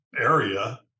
area